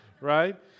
right